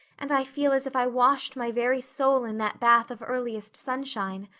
and i feel as if i washed my very soul in that bath of earliest sunshine.